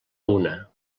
una